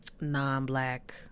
non-black